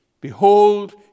Behold